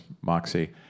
Moxie